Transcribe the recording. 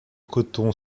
coton